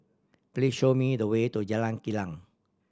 please show me the way to Jalan Kilang